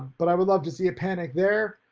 but i would love to see a panic there.